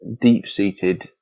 deep-seated